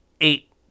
eight